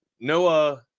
Noah